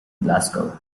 glasgow